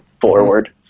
forward